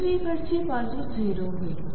उजवीकडची बाजू 0 होईल